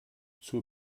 zur